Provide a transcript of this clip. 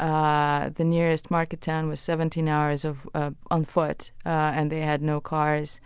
ah the nearest market town was seventeen hours ah on foot, and they had no cars